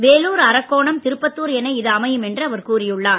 வேலூர் அரக்கோணம் திருப்பத்தூர் என இது அமையும் என்று அவர் கூறியுள்ளார்